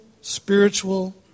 spiritual